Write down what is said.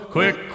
Quick